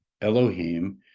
Elohim